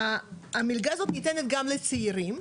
והמלגה הזאת ניתנת גם לצעירים,